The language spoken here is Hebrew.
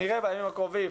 נראה בימים הקרובים